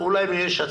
אולי ביש עתיד.